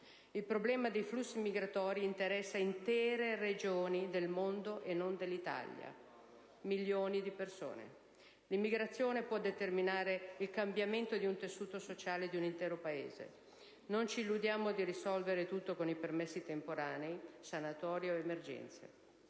il problema dei flussi migratori, che interessa intere regioni del mondo, e non dell'Italia, con milioni di persone. L'immigrazione può determinare il cambiamento di un tessuto sociale di un intero Paese. Non illudiamoci di risolvere tutto con permessi temporanei, sanatorie, emergenze.